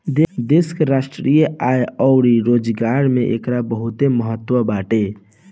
देश के राष्ट्रीय आय अउरी रोजगार में एकर बहुते महत्व बाटे